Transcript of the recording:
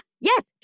yes